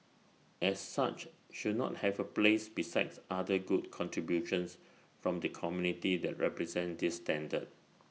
as such should not have A place besides other good contributions from the community that represent this standard